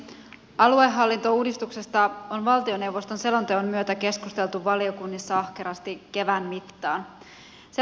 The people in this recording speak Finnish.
aluehallintouudistuksesta on valtioneuvoston selonteon myötä keskusteltu valiokunnissa ahkerasti kevään mittaan